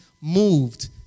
moved